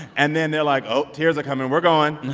and then they're like, oh, tears are coming we're going